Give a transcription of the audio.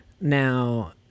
Now